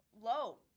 Low